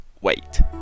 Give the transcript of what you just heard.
wait